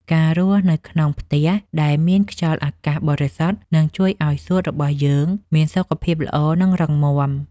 ការរស់នៅក្នុងផ្ទះដែលមានខ្យល់អាកាសបរិសុទ្ធនឹងជួយឱ្យសួតរបស់យើងមានសុខភាពល្អ និងរឹងមាំ។